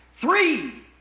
Three